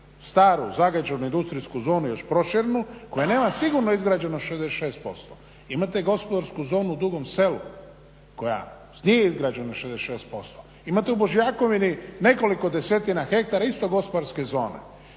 staru zagađenu industrijsku zonu još proširenu koja nema sigurno izgrađeno 66%, imate gospodarsku zonu u Dugom Selu koja nije izgrađena 66%, imate u Božjakovini nekoliko desetina hektara isto gospodarske zone